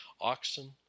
oxen